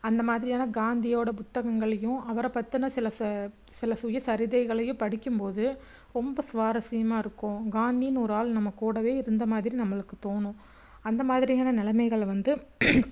அந்த மாதிரியான காந்தியோடய புத்தகங்களையும் அவரை பற்றின சில ச சில சுயசரிதைகளையும் படிக்கும் போது ரொம்ப சுவாரசியமாக இருக்கும் காந்தின்னு ஒரு ஆள் நம்ம கூடவே இருந்த மாதிரி நம்மளுக்கு தோணும் அந்த மாதிரியான நிலமைகள வந்து